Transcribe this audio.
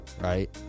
right